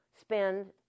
spend